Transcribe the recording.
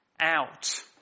out